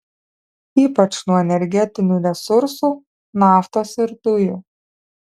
ypač nuo energetinių resursų naftos ir dujų